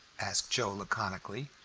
asked joe laconically,